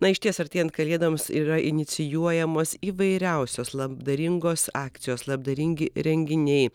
na išties artėjant kalėdoms yra inicijuojamos įvairiausios labdaringos akcijos labdaringi renginiai